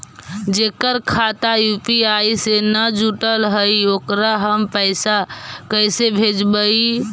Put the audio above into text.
जेकर खाता यु.पी.आई से न जुटल हइ ओकरा हम पैसा कैसे भेजबइ?